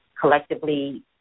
collectively